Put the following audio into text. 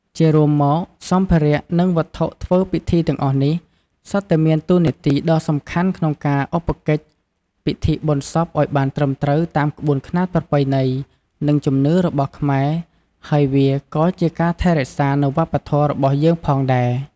ជារួមមក សម្ភារៈនិងវត្ថុធ្វើពិធីទាំងអស់នេះ សុទ្ធតែមានតួនាទីដ៏សំខាន់ក្នុងការឧបកិច្ចពិធីបុណ្យសពឱ្យបានត្រឹមត្រូវតាមក្បួនខ្នាតប្រពៃណី និងជំនឿរបស់ខ្មែរ ហើយវាក៏ជាការថែររក្សានៅវប្បធម៏របស់យើងផងដែរ។